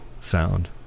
sound